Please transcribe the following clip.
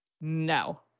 No